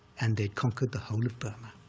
and they conquered the whole of burma.